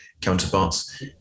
counterparts